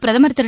பிரதமர் திரு